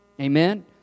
Amen